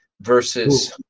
versus